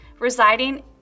residing